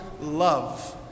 love